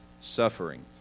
Suffering